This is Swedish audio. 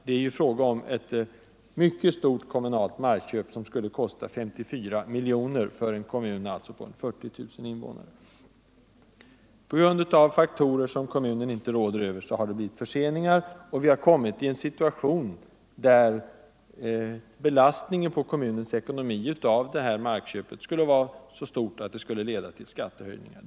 Det är ju fråga om ett mycket stort markköp, en kostnad på 54 miljoner kronor för en kommun med 40 000 invånare. På grund av faktorer som kommunen inte råder över har det blivit förseningar. Vi har hamnat i en situation där markköpets belastning på kommunens ekonomi är så stor, att den leder till skattehöjningar.